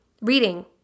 reading